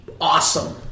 awesome